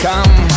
Come